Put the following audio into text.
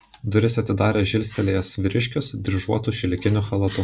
duris atidarė žilstelėjęs vyriškis dryžuotu šilkiniu chalatu